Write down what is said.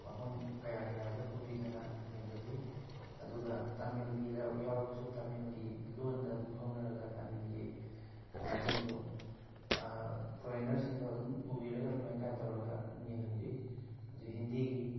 ꯃꯐꯝ ꯀꯌꯥ ꯀꯌꯥꯗ ꯄꯨꯕꯤꯗꯨꯅ ꯌꯦꯡꯍꯟꯂꯤ ꯑꯗꯨꯒ ꯇꯥꯃꯤꯜꯒꯤ ꯌꯥꯎꯔꯕꯁꯨ ꯇꯥꯃꯤꯜꯒꯤ ꯂꯣꯜꯗ ꯑꯗꯨꯝ ꯐꯥꯎꯅꯔꯒ ꯇꯥꯃꯤꯜꯒꯤ ꯀꯩꯅꯣꯁꯤꯡꯗꯨ ꯐꯣꯔꯦꯟꯅꯔꯁꯤꯡꯗꯣ ꯑꯗꯨꯝ ꯄꯨꯕꯤꯔꯒ ꯑꯗꯨꯃꯥꯏꯅ ꯒꯥꯏꯠ ꯇꯧꯔꯒ ꯑꯗꯨꯝ ꯌꯦꯟꯍꯟꯕꯤ ꯑꯗꯨ ꯍꯤꯟꯗꯤꯒꯤ